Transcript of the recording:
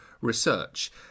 research